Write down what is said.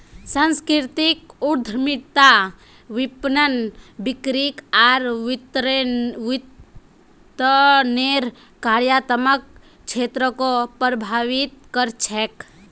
सांस्कृतिक उद्यमिता विपणन, बिक्री आर वितरनेर कार्यात्मक क्षेत्रको प्रभावित कर छेक